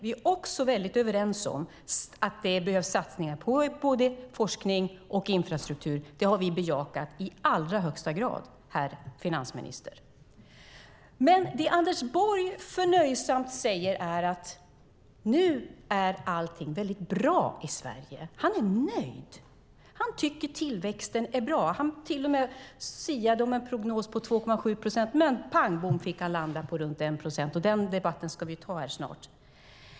Vi är också överens om att det behövs satsningar på forskning och infrastruktur. Det har vi i allra högsta grad bejakat, herr finansminister. Anders Borg säger förnöjsamt att allting nu är bra i Sverige. Han är nöjd. Han tycker att tillväxten är bra. Han till och med siade om en prognos på 2,7 procent. Men pang bom fick han landa på runt 1 procent! Den debatten ska vi ta här snart.